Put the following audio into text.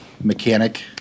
mechanic